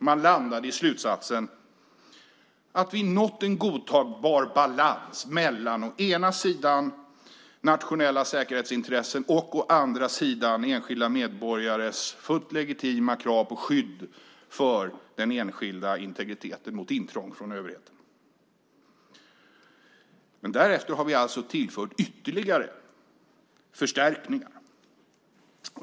Man landade i slutsatsen att vi nått en godtagbar balans mellan å ena sidan nationella säkerhetsintressen och å andra sidan enskilda medborgares fullt legitima krav på skydd för integriteten mot intrång från överheten. Därefter har vi alltså tillfört ytterligare förstärkningar.